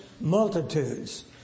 multitudes